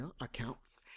accounts